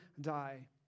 die